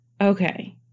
Okay